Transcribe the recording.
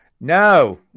No